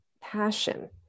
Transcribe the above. passion